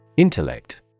Intellect